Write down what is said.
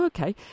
Okay